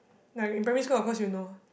like in primary school of course you'll know